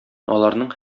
аларның